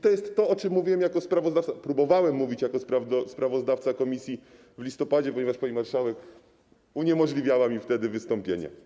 To jest to, o czym mówiłem, a raczej próbowałem mówić jako sprawozdawca komisji w listopadzie, ponieważ pani marszałek uniemożliwiała mi wtedy wystąpienie.